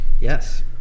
yes